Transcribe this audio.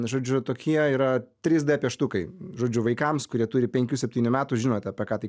žodžiu tokie yra trys d pieštukai žodžiu vaikams kurie turi penkių septynių metų žinot apie ką tai